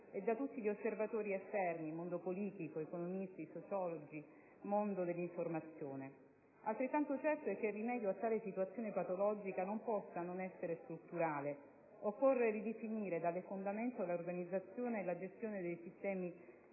e da tutti gli osservatori esterni (mondo politico, economisti, sociologi, mondo dell'informazione). Altrettanto certo è che il rimedio a tale situazione patologica non possa non essere strutturale. Occorre ridefinire dalle fondamenta l'organizzazione e la gestione dei sistemi